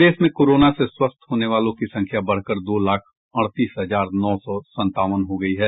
प्रदेश में कोरोना से स्वस्थ होने वालों की संख्या बढ़कर दो लाख अड़तीस हजार नौ सौ संतावन हो गयी है